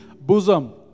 bosom